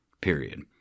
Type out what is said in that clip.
Period